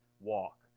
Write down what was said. walk